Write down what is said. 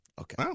Okay